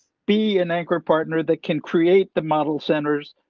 be an anchor partner that can create the model centers.